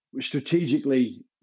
strategically